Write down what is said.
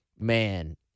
man